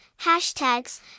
Hashtags